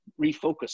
refocus